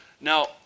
Now